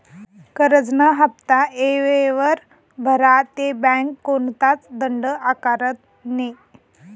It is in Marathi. करजंना हाफ्ता येयवर भरा ते बँक कोणताच दंड आकारत नै